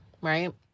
right